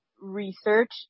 research